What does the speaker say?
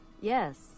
Yes